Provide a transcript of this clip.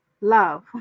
love